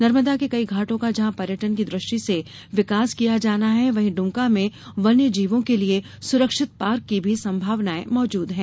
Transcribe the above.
नर्मदा के कई घाटों का जहां पर्यटन की दृष्टि से विकास किया जाना है वहीं डुमका में वन्य जीवों के लिये सुरक्षित पार्क की भी संभावनाए मौजूद हैं